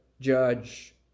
judge